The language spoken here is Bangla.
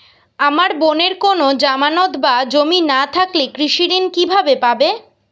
আমার বোনের কোন জামানত বা জমি না থাকলে কৃষি ঋণ কিভাবে পাবে?